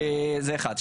זה אחת.